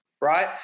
right